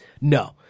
No